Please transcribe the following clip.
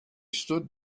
stood